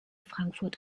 frankfurt